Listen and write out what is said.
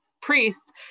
priests